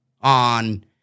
on